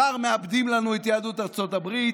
הם כבר מאבדים לנו את יהדות ארצות הברית.